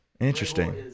Interesting